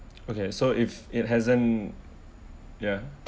okay so if it hasn't ya